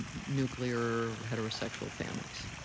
nuclear, or heterosexual families.